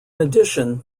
addition